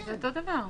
זה אותו דבר.